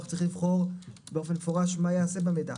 צריך לבחור באופן מפורש מה ייעשה במידע.